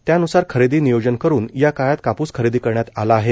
त्यानुसार खरेदी नियोजन करून या काळात कापूस खरेदी करण्यात आला आहे